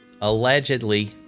Allegedly